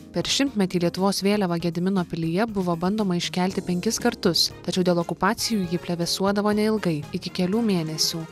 per šimtmetį lietuvos vėliavą gedimino pilyje buvo bandoma iškelti penkis kartus tačiau dėl okupacijų ji plevėsuodavo neilgai iki kelių mėnesių